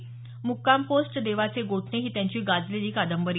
मुक्काम पोस्ट देवाचे गोठणे ही त्यांची गाजलेली कादंबरी